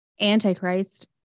antichrist